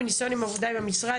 מניסיון עם עבודה עם המשרד,